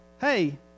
Hey